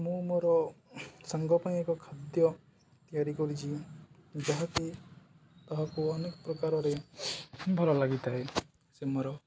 ମୁଁ ମୋର ସାଙ୍ଗ ପାଇଁ ଏକ ଖାଦ୍ୟ ତିଆରି କରିଛି ଯାହାକି ତାହାକୁ ଅନେକ ପ୍ରକାରରେ ଭଲ ଲାଗିଥାଏ ସେ ମୋର